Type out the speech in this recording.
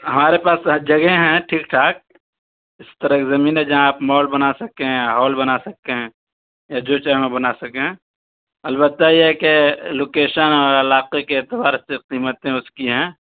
ہمارے پاس جگہیں ہیں ٹھیک ٹھاک اس طرح کی زمینیں جہاں آپ مال بنا سکیں ہال بنا سکتے ہیں یا جو چاہیں وہ بنا سکیں البتہ یہ ہے کہ لوکیشن اور علاقے کے اعتبار سے قیمتیں اس کی ہیں